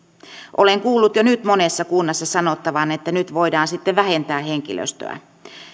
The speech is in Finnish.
olen kuullut jo nyt monessa kunnassa sanottavan että nyt voidaan sitten vähentää henkilöstöä